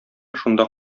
шунда